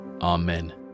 Amen